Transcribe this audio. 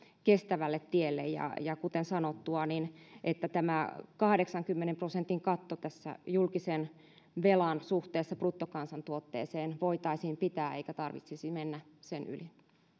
kestävälle tielle ja ja kuten sanottua että tämä kahdeksankymmenen prosentin katto tässä julkisen velan suhteessa bruttokansantuotteeseen voitaisiin pitää eikä tarvitsisi mennä sen yli